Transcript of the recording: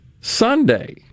Sunday